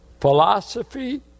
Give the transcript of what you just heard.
philosophy